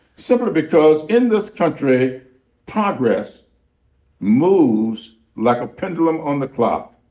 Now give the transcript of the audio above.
simply because in this country progress moves like a pendulum on the clock.